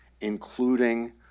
including